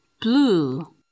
Blue